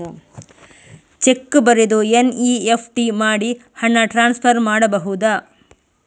Check ಬರೆದು NEFT ಮಾಡಿ ಹಣ ಟ್ರಾನ್ಸ್ಫರ್ ಮಾಡಬಹುದು?